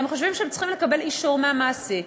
הם חושבים שהם צריכים לקבל אישור מהמעסיק.